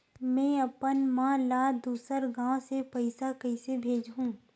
में अपन मा ला दुसर गांव से पईसा कइसे भेजहु?